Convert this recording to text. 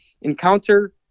encounter